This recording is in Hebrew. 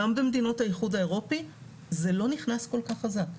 גם במדינות האיחוד האירופי זה לא נכנס כל כך חזק,